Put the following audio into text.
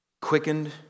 Quickened